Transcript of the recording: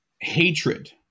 hatred